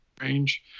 range